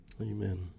Amen